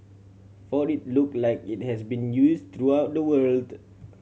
for it look like it has been use throughout the world